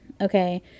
Okay